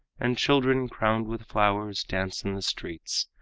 and children crowned with flowers dance in the streets,